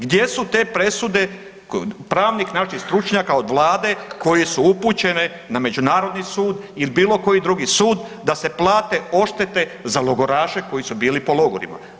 Gdje su te presude pravnih naših stručnjaka od Vlade koje su upućene na Međunarodni sud ili bilo koji drugi sud da se plate odštete za logoraše koji su bili po logorima.